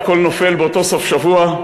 והכול נופל באותו סוף שבוע,